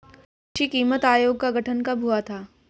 कृषि कीमत आयोग का गठन कब हुआ था?